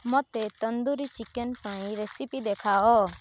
ମୋତେ ତନ୍ଦୁରି ଚିକେନ୍ ପାଇଁ ରେସିପି ଦେଖାଅ